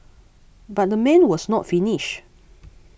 but the man was not finished